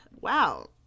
wow